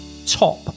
Top